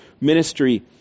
ministry